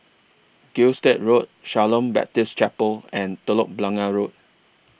Gilstead Road Shalom Baptist Chapel and Telok Blangah Road